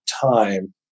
time